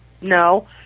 no